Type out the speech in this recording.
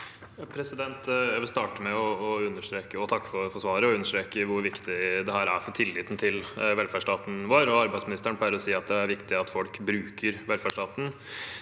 med å takke for svaret og understreke hvor viktig dette er for tilliten til velferdsstaten vår. Arbeidsministeren pleier å si at det er viktig at folk bruker velferdsstaten,